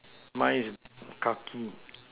mine is khaki